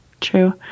True